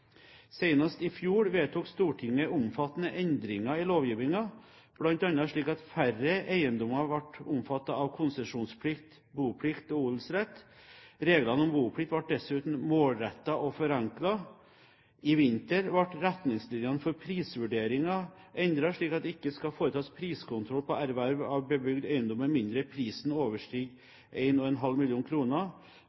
i fjor vedtok Stortinget omfattende endringer i lovgivningen, bl.a. slik at færre eiendommer ble omfattet av konsesjonsplikt, boplikt og odelsrett. Reglene om boplikt ble dessuten målrettet og forenklet. I vinter ble retningslinjene for prisvurderingen endret slik at det ikke skal foretas priskontroll på erverv av bebygd eiendom med mindre prisen